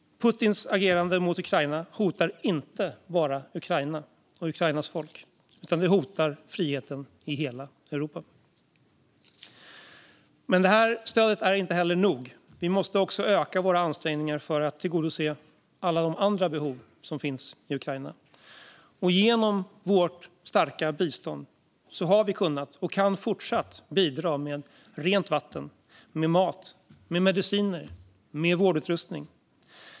Putins agerande mot Ukraina hotar inte bara Ukraina och Ukrainas folk, utan det hotar friheten i hela Europa. Men det här stödet är inte nog. Vi måste också öka våra ansträngningar för att tillgodose alla de andra behov som finns i Ukraina. Genom vårt starka bistånd har vi kunnat och kan fortsatt bidra med rent vatten, mat, mediciner och vårdutrustning.